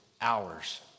hours